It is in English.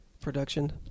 production